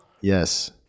Yes